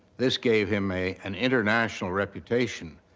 this gave him a an international reputation,